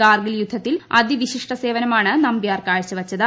കാർഗിൽ യുദ്ധത്തിൽ അതിവിശിഷ്ട സേവനമാണ് നമ്പ്യാർ കാഴ്ച വച്ചത്